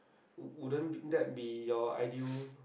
wouldn't be that be your ideal